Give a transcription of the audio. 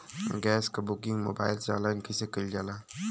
Gas क booking mobile से online कईसे कईल जाला?